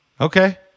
okay